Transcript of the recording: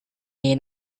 may